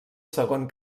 segon